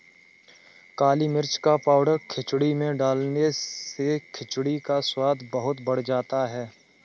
काली मिर्च का पाउडर खिचड़ी में डालने से खिचड़ी का स्वाद बहुत बढ़ जाता है